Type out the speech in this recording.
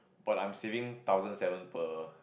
but I'm saving thousand seven per